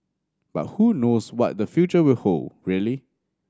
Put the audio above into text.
but who knows what the future will hold really